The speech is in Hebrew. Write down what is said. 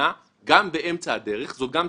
937, היא אצלי.